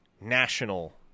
national